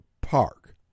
park